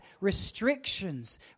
restrictions